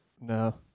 No